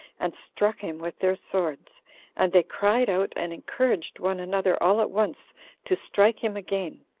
and struck him with their swords and they cried out, and encouraged one another all at once to strike him again